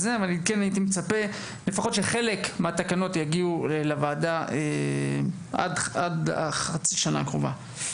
אבל כן הייתי מצפה שלפחות חלק מהתקנות יגיעו לוועדה בחצי השנה הקרובה.